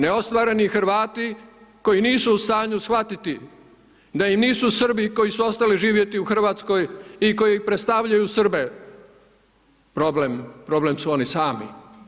Neostvareni Hrvati, koji nisu u stanju shvatiti, da im nisu Srbi, koji su ostali živjeti u Hrvatskoj i koji im predstavljaju Srbe problem, problem su oni sami.